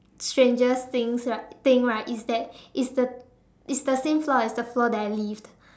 strangest things right thing right it's the it's the same floor as the floor that I lived